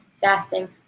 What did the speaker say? fasting